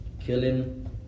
Killing